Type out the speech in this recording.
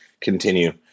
continue